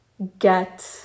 Get